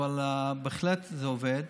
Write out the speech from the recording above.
אבל זה בהחלט עובד.